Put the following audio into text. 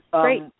Great